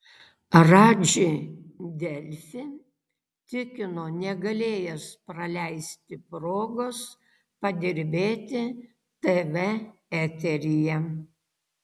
radži delfi tikino negalėjęs praleisti progos padirbėti tv eteryje